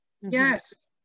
yes